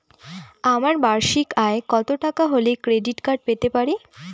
আমার বার্ষিক আয় কত টাকা হলে ক্রেডিট কার্ড পেতে পারি?